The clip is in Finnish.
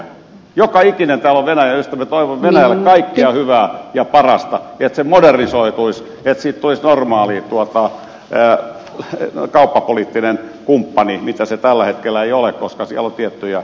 joka ikinen täällä on venäjän ystävä ja toivomme venäjälle kaikkea hyvää ja parasta että se modernisoituisi että siitä tulisi normaali kauppapoliittinen kumppani mitä se tällä hetkellä ei ole koska siellä on tiettyjä puutteita